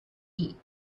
eat